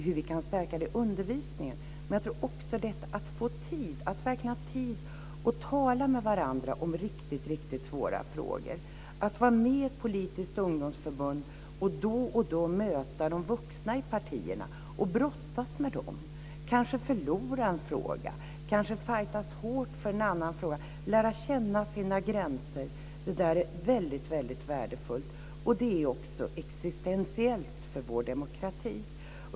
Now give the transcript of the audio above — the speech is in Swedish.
Hur vi kan stärka detta i undervisningen kommer vi att prata om, men det gäller också att verkligen ha tid att tala med varandra om riktigt svåra frågor. Det är väldigt värdefullt att vara med i ett politiskt ungdomsförbund och då och då möta de vuxna i partiet och brottas med dem, kanske förlora en fråga och fightas hårt för en annan fråga och lära känna sina gränser. Det är också grundläggande för vår demokrati.